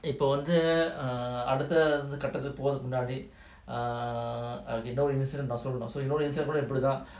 இப்பவந்து:ippa vandhu err அடுத்தகட்டத்துக்குபோறதுக்குமுன்னாடி:adutha kattathuku porathuku munnadi err okay no worries நான்சொல்லணும்:nan sollanum so you know கூடஇப்படித்தான்:kooda ippadithan